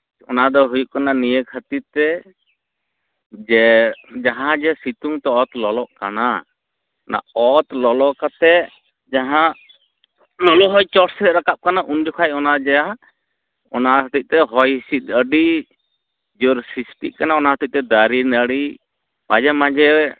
ᱚᱱᱟ ᱫᱚ ᱦᱩᱭᱩᱜ ᱠᱟᱱᱟ ᱱᱤᱭᱟᱹ ᱠᱷᱟᱹᱛᱤᱨ ᱛᱮ ᱡᱮ ᱡᱟᱦᱟᱸ ᱜᱮ ᱥᱤᱛᱩᱝ ᱛᱮ ᱚᱛ ᱞᱚᱞᱚᱜ ᱠᱟᱱᱟ ᱚᱱᱟ ᱚᱛ ᱞᱚᱞᱚ ᱠᱟᱛᱮ ᱡᱟᱦᱟᱸ ᱞᱚᱞᱚ ᱦᱚᱭ ᱪᱚᱴ ᱥᱮᱡ ᱨᱟᱠᱟᱵ ᱠᱟᱱᱟ ᱩᱱ ᱡᱚᱠᱷᱚᱡ ᱚᱱᱟ ᱡᱟ ᱚᱱᱟ ᱦᱚᱛᱮᱡ ᱛᱮ ᱦᱚᱭ ᱦᱤᱸᱥᱤᱫ ᱟᱹᱰᱤ ᱡᱳᱨ ᱥᱨᱤᱥᱴᱤᱜ ᱠᱟᱱᱟ ᱚᱱᱟ ᱦᱚᱛᱮᱡ ᱛᱮ ᱫᱟᱨᱮ ᱱᱟᱹᱲᱤ ᱢᱟᱡᱷᱮ ᱢᱟᱡᱷᱮ